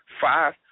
five